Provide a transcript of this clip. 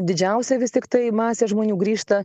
didžiausia vis tiktai masė žmonių grįžta